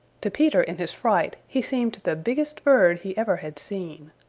to peter in his fright he seemed the biggest bird he ever had seen.